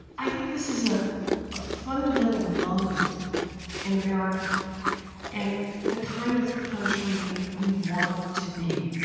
i think this is a ah fundamental moment in america and the kind of country we want to be.